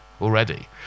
already